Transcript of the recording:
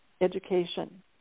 education